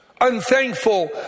unthankful